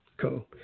Cool